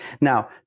Now